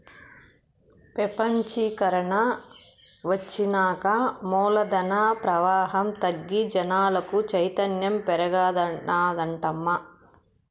పెపంచీకరన ఒచ్చినాక మూలధన ప్రవాహం తగ్గి జనాలకు చైతన్యం పెరిగినాదటమ్మా